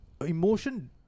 Emotion